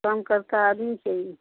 कम कर का आदमी चाहिए